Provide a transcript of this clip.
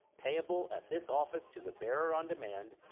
payable at this office to the bearer on demand,